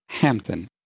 Hampton